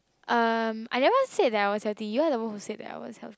um I never said that I was healthy you are the one who said that I was healthy